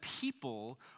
people